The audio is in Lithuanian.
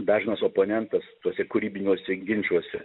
dažnas oponentas tuose kūrybiniuose ginčuose